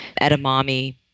edamame